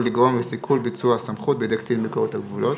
לגרום לסיכול ביצוע הסמכות בידי קצין ביקורת הגבולות.